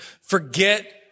forget